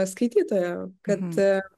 skaitytojo kad